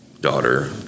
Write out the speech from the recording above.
daughter